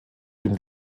dem